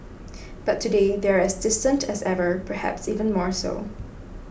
but today they are as distant as ever perhaps even more so